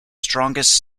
strongest